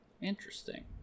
Interesting